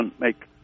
make